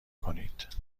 کنید